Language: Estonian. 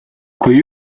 kui